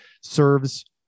serves